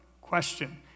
question